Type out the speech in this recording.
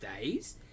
days